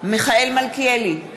מיכאל מלכיאלי,